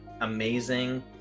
amazing